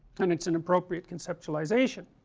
and it's an appropriate conceptualization